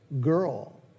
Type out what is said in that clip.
girl